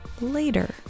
later